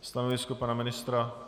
Stanovisko pana ministra?